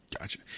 Gotcha